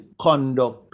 conduct